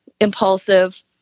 impulsive